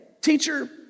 teacher